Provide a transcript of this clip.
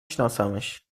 شناسمش